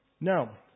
Now